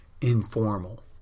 informal